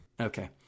okay